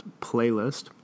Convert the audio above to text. Playlist